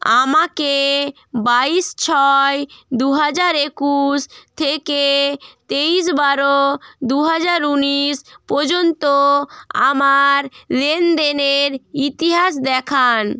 আমাকে বাইশ ছয় দু হাজার একুশ থেকে তেইশ বারো দু হাজার উনিশ পর্যন্ত আমার লেনদেনের ইতিহাস দেখান